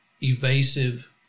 evasive